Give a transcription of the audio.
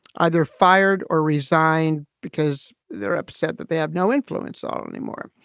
either fired or resigned because they're upset that they have no influence on anymore.